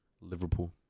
Liverpool